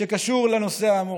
שקשור לנושא האמור: